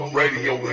radio